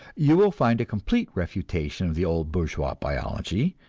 you will find a complete refutation of the old bourgeois biology,